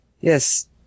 yes